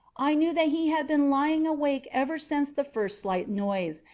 i knew that he had been lying awake ever since the first slight noise,